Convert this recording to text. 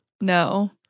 No